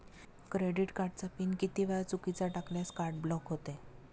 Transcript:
Credit कार्डचा PIN किती वेळा चुकीचा टाकल्यास कार्ड ब्लॉक होते?